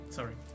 Sorry